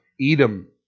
Edom